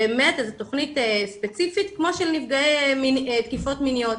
באמת איזה תכנית ספציפית כמו של נפגעי תקיפות מיניות,